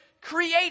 create